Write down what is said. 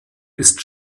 ist